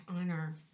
honor